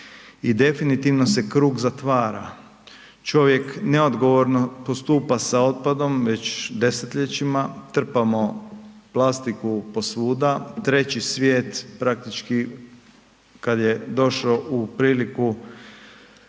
i definitivno se krug zatvara. Čovjek neodgovorno postupa sa otpadom već desetljećima, trpamo plastiku po svuda, treći svijet praktički kada je došao u priliku